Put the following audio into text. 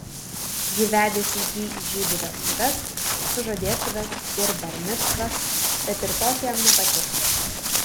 ji vedėsi jį į žydų vestuves sužadėtuves ir bar micvas bet ir tos jam nepatiko